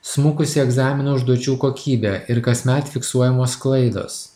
smukusi egzaminų užduočių kokybė ir kasmet fiksuojamos klaidos